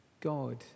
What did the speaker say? God